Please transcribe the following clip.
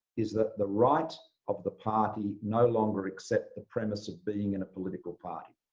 is the the right of the party no longer accept the premise of being in a political party.